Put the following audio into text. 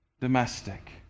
domestic